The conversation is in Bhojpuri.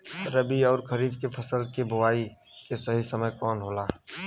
रबी अउर खरीफ के फसल के बोआई के सही समय कवन होला?